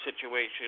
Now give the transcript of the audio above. situation